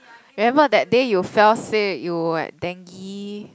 remember that day you fell sick you what dengue